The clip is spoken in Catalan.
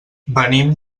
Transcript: venim